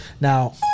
Now